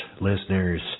listeners